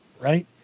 right